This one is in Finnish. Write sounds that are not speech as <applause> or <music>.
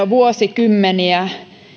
<unintelligible> vuosikymmeniä